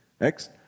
Next